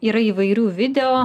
yra įvairių video